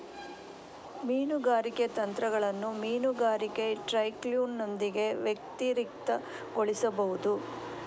ಮೀನುಗಾರಿಕೆ ತಂತ್ರಗಳನ್ನು ಮೀನುಗಾರಿಕೆ ಟ್ಯಾಕ್ಲೋನೊಂದಿಗೆ ವ್ಯತಿರಿಕ್ತಗೊಳಿಸಬಹುದು